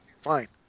fine